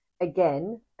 again